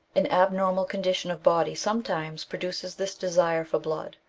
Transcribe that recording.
an abnormal condition of body sometimes produces this desire for blood.